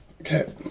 Okay